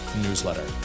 newsletter